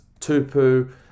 Tupu